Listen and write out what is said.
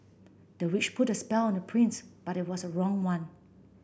the witch put a spell on the prince but it was the wrong one